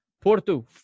Porto